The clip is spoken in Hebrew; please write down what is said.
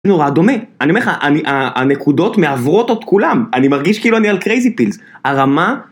נורא דומה, אני אומר לך הנקודות מעוורות את כולם, אני מרגיש כאילו אני על קרייזי פילס, הרמה